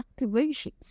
activations